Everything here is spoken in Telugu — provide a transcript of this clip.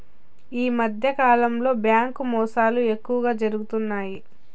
ఈ మధ్యకాలంలో బ్యాంకు మోసాలు ఎక్కువగా జరుగుతున్నాయి